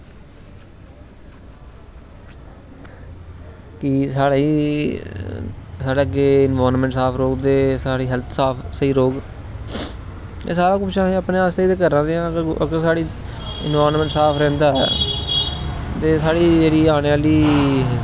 कि साढ़े साढ़े अग्गै एनवार्नेमेंट साफ रौहग ते साढ़ी हैल्थ स्हेई रौहग ते एह् सारा कुछ अपने आस्तै करा दे आं अगर साढ़ी इनबार्नमेंट साफ रैंहदा ते साढ़ी जेहड़ी आने आहली